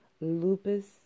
Lupus